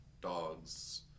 dogs